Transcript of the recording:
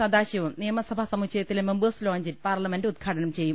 സദാശിവം നിയമസഭാ സമുച്ചയത്തിലെ members ലോഞ്ചിൽ പാർലമെന്റ് ഉദ്ഘാടനം ചെയ്യും